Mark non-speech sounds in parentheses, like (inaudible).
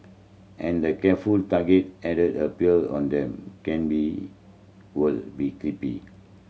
and the careful targeted added appear on them can be (unintelligible) be creepy